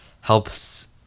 helps